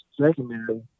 secondary